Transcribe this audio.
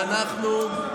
שר החינוך יואב קיש: